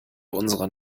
unserer